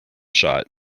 shot